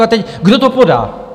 A teď, kdo to podá?